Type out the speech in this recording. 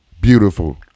Beautiful